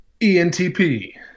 ENTP